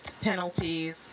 penalties